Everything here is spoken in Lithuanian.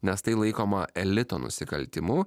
nes tai laikoma elito nusikaltimu